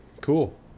cool